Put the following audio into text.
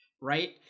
right